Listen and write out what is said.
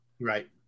Right